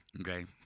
Okay